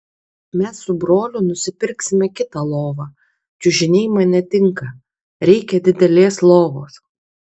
mes su broliu nusipirksime kitą lovą čiužiniai man netinka reikia didelės lovos